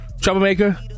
Troublemaker